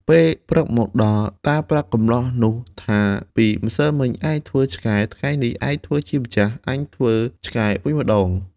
ពេលព្រឹកមកដល់ តាប្រាប់កម្លោះនោះថាពីម្សិលមិញឯងធ្វើឆ្កែ ថ្ងៃនេះឯងធ្វើជាម្ចាស់ អញធ្វើឆ្កែវិញម្ដង។